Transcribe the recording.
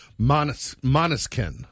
Moniskin